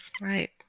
Right